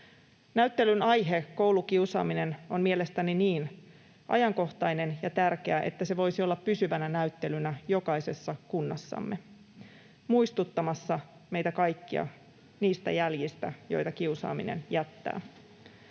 Näyttelyn aihe, koulukiusaaminen, on mielestäni niin ajankohtainen ja tärkeä, että se voisi olla pysyvänä näyttelynä jokaisessa kunnassamme muistuttamassa meitä kaikkia niistä jäljistä, joita kiusaaminen jättää.